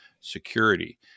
security